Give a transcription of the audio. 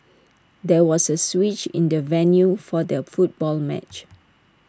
there was A switch in the venue for the football match